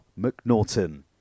McNaughton